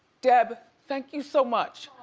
deb, thank you so much.